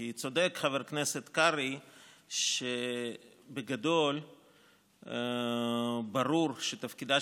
כי צודק חבר הכנסת קרעי שבגדול ברור שתפקידה